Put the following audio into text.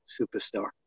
superstar